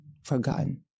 Forgotten